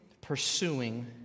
pursuing